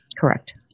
Correct